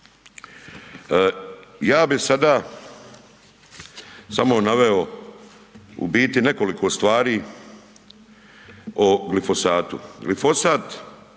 Ja bi sada samo naveo u biti nekoliko stvari o glifosatu.